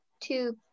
two